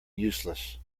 useless